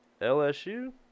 LSU